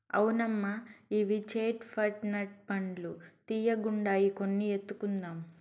అవునమ్మా ఇవి చేట్ పట్ నట్ పండ్లు తీయ్యగుండాయి కొన్ని ఎత్తుకుందాం